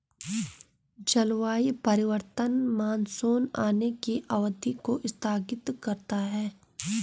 जलवायु परिवर्तन मानसून आने की अवधि को स्थगित करता है